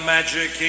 Magic